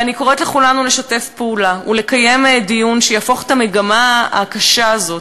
ואני קוראת לכולנו לשתף פעולה ולקיים דיון שיהפוך את המגמה הקשה הזאת,